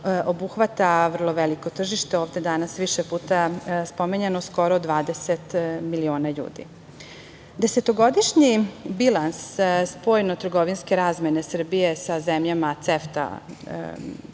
obuhvata vrlo veliko tržište, ovde danas više puta spominjano, skoro 20 miliona ljudi. Desetogodišnji bilans spoljnotrgovinske razmene Srbije sa zemljama koje